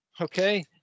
okay